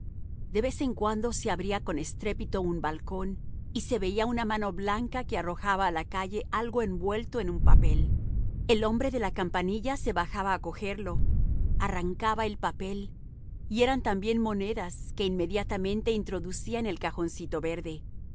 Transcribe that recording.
de vez en cuando se abría con estrépito un balcón y se veía una mano blanca que arrojaba a la calle algo envuelto en un papel el hombre de la campanilla se bajaba a cojerlo arrancaba el papel y eran también monedas que inmediatamente introducía en el cajoncito verde